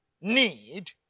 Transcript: need